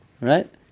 Right